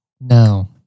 no